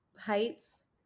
heights